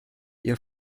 ihr